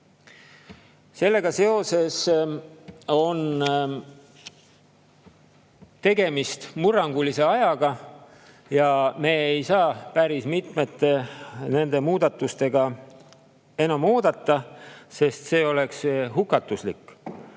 Seega on tegemist murrangulise ajaga ja me ei saa päris mitmete nende muudatustega enam oodata, sest see oleks hukatuslik.